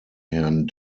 herrn